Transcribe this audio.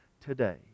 today